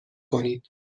کنید